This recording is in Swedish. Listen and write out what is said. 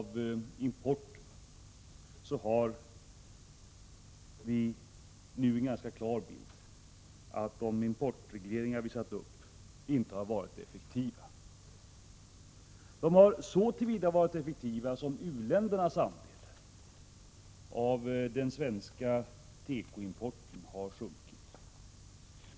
Vi har nu en ganska klar bild av att de importregleringar vi har satt upp inte har varit effektiva. De har varit effektiva så till vida att u-ländernas andel av den svenska tekoimporten har sjunkit.